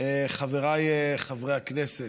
חבריי חברי הכנסת,